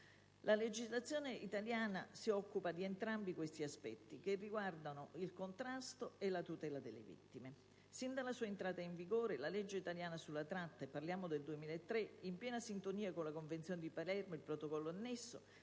La legislazione italiana si occupa di entrambi gli aspetti che ho richiamato, che riguardano il contrasto e la tutela delle vittime. Sin dalla sua entrata in vigore la legge italiana sulla tratta (parliamo del 2003), in piena sintonia con la Convenzione di Palermo e con il Protocollo annesso,